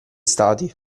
stati